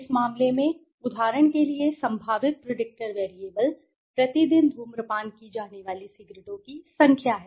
इस मामले में उदाहरण के लिए संभावित प्रेडिक्टर वेरिएबल प्रति दिन धूम्रपान की जाने वाली सिगरेटों की संख्या हैं